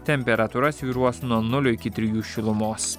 temperatūra svyruos nuo nulio iki trijų šilumos